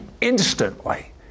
instantly